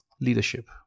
leadership